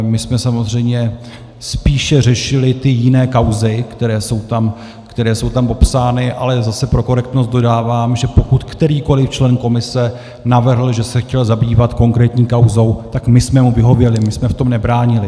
My jsme samozřejmě spíše řešili ty jiné kauzy, které jsou tam popsány, ale zase pro korektnost dodávám, že pokud kterýkoli člen komise navrhl, že se chtěl zabývat konkrétní kauzou, tak jsme mu vyhověli, my jsme v tom nebránili.